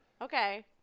Okay